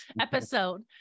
episode